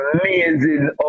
amazing